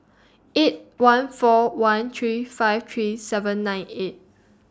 eight one four one three five three seven nine eight